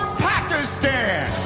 pakistan,